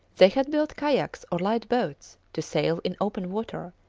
they had built kayaks or light boats to sail in open water,